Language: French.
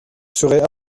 serait